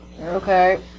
Okay